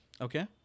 Okay